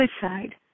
suicide